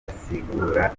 asigura